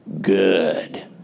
good